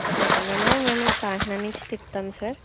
okay sir మేము మిమల్ని కాకినాడ నుంచి తిప్పుతాము సార్